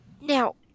Now